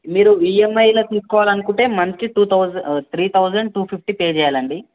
మీరు ఈఎంఐలాగా తీసుకోవాలి అనుకుంటే monthly two thousand three thousand two fifty pay చేయాలండి